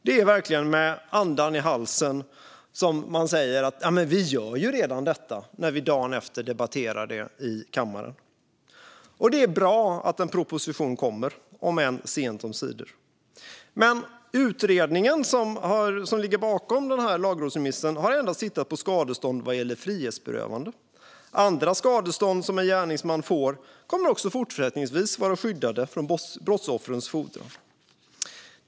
Det är verkligen med andan i halsen man säger "Vi gör redan detta", dagen innan vi ska debattera det i kammaren. Det är bra att en proposition kommer, om än sent omsider. Utredningen som ligger bakom lagrådsremissen har dock endast tittat på skadestånd vad gäller frihetsberövanden. Andra skadestånd som en gärningsman får kommer också fortsättningsvis att vara skyddade från brottsoffrens fordran.